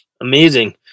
Amazing